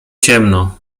ciemno